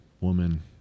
woman